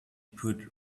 put